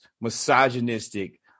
misogynistic